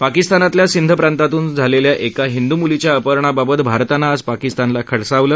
पाकिस्तानातल्या सिंध प्रांतातून झालेल्या एका हिंदु मुलीच्या अपहरणाबाबत भारतानं आज पाकिस्तानला खडसावलं